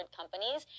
companies